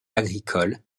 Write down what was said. agricole